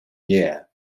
year